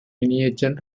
miniature